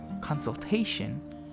consultation